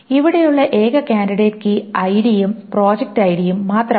ഇവിടെയുള്ള ഏക candidate key ഐഡിയും പ്രൊജക്റ്റ് ഐഡിയും മാത്രമാണ്